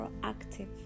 proactive